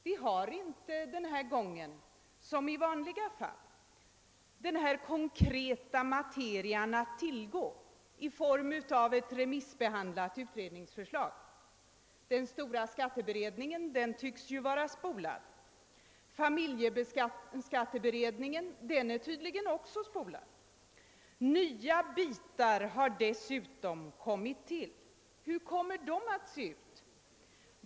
Vi har inte denna gång som i vanliga fall tillgång till den konkreta materian i form av ett remissbehandlat utredningsförslag. Den stora skatteberedningen tycks vara spolad. Familjeskatteberedningen är tydligen också spolad. Nya bitar har dessutom kommit till. Hur kommer de att se ut?